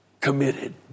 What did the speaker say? Committed